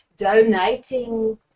Donating